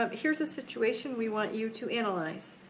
um here's a situation we want you to analyze.